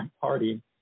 Party